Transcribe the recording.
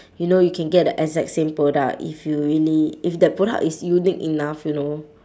you know you can get the exact same product if you really if that product is unique enough you know